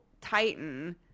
titan